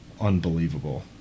unbelievable